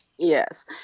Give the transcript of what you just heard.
Yes